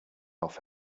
off